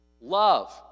Love